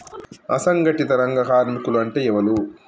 అసంఘటిత రంగ కార్మికులు అంటే ఎవలూ?